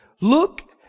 Look